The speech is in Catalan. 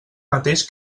mateix